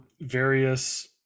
various